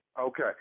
Okay